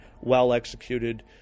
well-executed